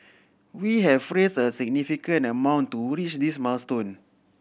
we have raised a significant amount to this milestone